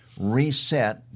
reset